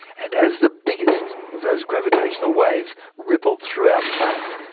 and as the biggest of those gravitational waves rippled through our planet,